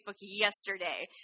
yesterday